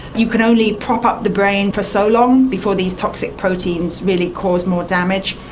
you can only prop up the brain for so long before these toxic proteins really cause more damage.